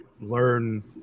learn